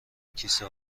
کیسه